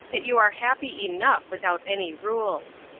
that you are happy enough without any rules.